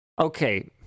Okay